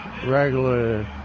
Regular